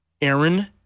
Aaron